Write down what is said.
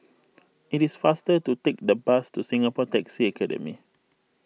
it is faster to take the bus to Singapore Taxi Academy